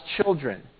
children